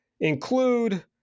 include